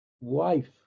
wife